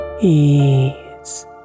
Ease